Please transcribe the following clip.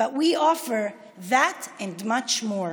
אך אנו מציעים זאת ועוד הרבה יותר: